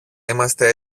είμαστε